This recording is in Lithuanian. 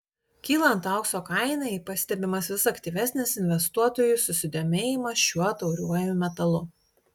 kylant aukso kainai pastebimas vis aktyvesnis investuotojų susidomėjimas šiuo tauriuoju metalu